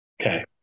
Okay